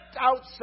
outside